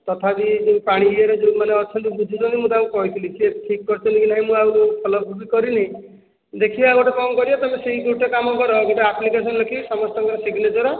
ତଥାପି ଯେଉଁ ପାଣି ଇଏ ରେ ଯେଉଁ ମାନେ ଅଛନ୍ତି ବୁଝୁଛନ୍ତି ମୁଁ ତାଙ୍କୁ କହୁଥିଲି ସେ ଠିକ୍ କରିଛନ୍ତି କି ନାଇ ମୁଁ ଫଲୋଅପ ବି କରିନି ଦେଖିଆ ଗୋଟେ କ'ଣ କରିବା ତମେ ସେହି ଗୋଟେ କାମ କର ଗୋଟେ ଆପ୍ଲିକେସନ ଲେଖିକି ସମସ୍ତଙ୍କ ର ସିଗ୍ନେଚର